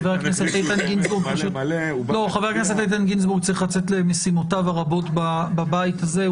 חבר הכנסת איתן גינזבורג צריך לצאת למשימותיו הרבות בבית הזה.